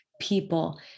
people